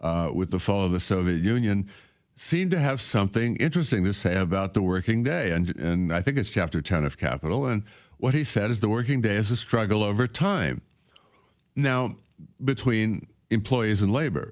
ninety with the fall of the soviet union seemed to have something interesting to say about the working day and i think it's chapter ten of capital and what he said is the working day is a struggle over time now between employees and labor